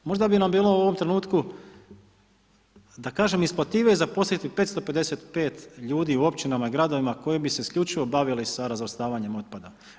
Možda bi nam bilo u ovom trenutku da kažem, isplatljivije zaposliti 555 ljudi u općinama i gradovima koji bi se isključivo bavili sa razvrstavanjem otpada.